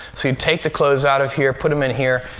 so you'd take the clothes out of here, put them in here,